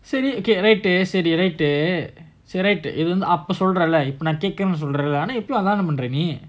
silly okay right சரி:sari okay right சரி சரி:sari sari right uh அப்பசொல்லறேலநான்கேட்கவும்சொல்லறேலஇப்பயும்நீஅதானபண்ணறநீ:appa sollarela naan kekkavum sollarela ippavum ni athana pannara ni